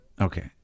Okay